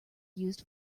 used